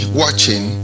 watching